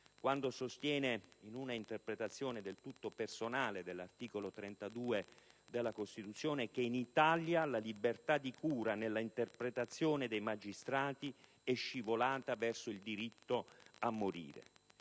quando sostiene, in una interpretazione del tutto personale dell'articolo 32 della Costituzione, che «in Italia la libertà di cura, nella interpretazione dei magistrati, è scivolata verso il diritto a morire».